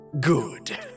Good